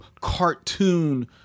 cartoon